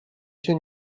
się